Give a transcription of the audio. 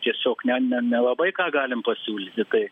tiesiog ne ne nelabai ką galim pasiūlyti tai